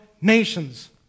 nations